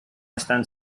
están